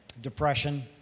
depression